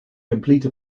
complete